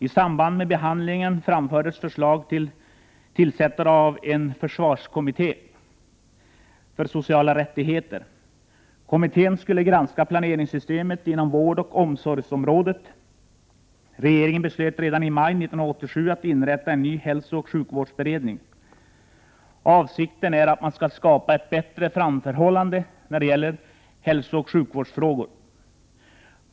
I samband med behandlingen framfördes förslag om tillsättande av en ”försvarskommitté” för sociala rättigheter. Kommittén skulle granska planeringssystemet inom vårdoch omsorgsområdet. Regeringen beslöt i maj 1987 att inrätta en ny hälsooch sjukvårdsberedning. Avsikten är att man skall skapa en bättre framförhållning när det gäller hälsooch sjukvårdsfrågor.